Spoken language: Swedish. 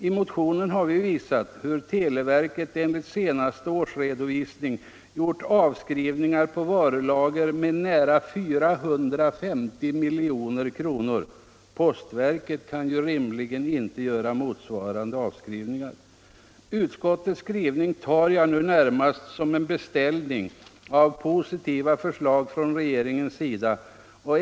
I motionen har vi visat hur televerket enligt den senaste årsredovisningen gjort avskrivningar på varulager med nära 450 milj.kr. Postverket kan rimligen inte göra motsvarande avskrivningar. Utskottets skrivning uppfattar jag nu närmast som en beställning av positiva förslag från regeringen.